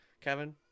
Kevin